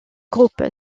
groupe